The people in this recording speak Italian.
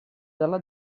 dalla